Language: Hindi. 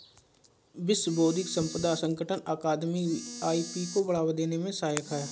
विश्व बौद्धिक संपदा संगठन अकादमी भी आई.पी को बढ़ावा देने में सहायक है